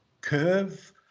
curve